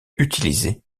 utilisée